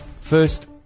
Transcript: first